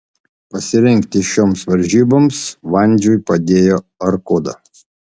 pasirengti šioms varžyboms vandžiui padėjo arkoda